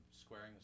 squaring